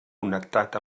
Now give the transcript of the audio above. connectat